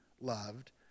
loved